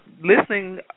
listening